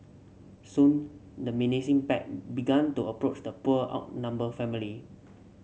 soon the menacing pack began to approach the poor outnumbered family